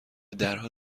درها